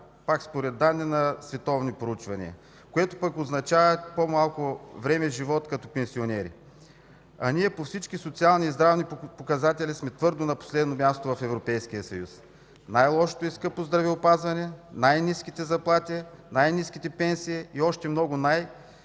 Пак според данни на световни проучвания, това означава по-малко време живот като пенсионери. А ние по всички социални и здравни показатели сме твърдо на последно място в Европейския съюз: най-лошото и скъпо здравеопазване, най ниските заплати, най-ниските пенсии, и още много „най-”,